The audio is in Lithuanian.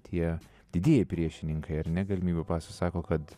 tie didieji priešininkai ar ne galimybių paso sako kad